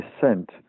Descent